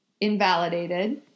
invalidated